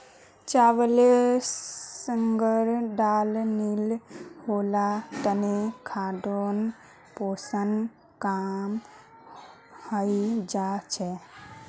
चावलेर संग दाल नी होल तने खानोत पोषण कम हई जा छेक